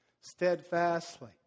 steadfastly